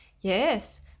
Yes